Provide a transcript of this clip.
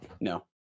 No